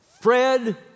Fred